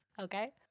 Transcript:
okay